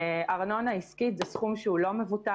ארנונה עסקית זה סכום שהוא לא מבוטל.